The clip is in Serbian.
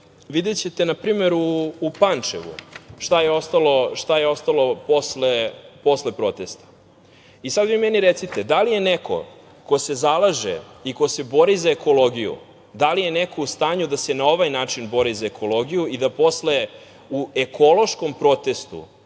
put. Videćete na primer, u Pančevu šta je ostalo posle protesta i sada vi meni recite da li je neko ko se zalaže i ko se bori za ekologiju, da li je neko u stanju da se na ovaj način bori za ekologiju i da posle u ekološkom protestu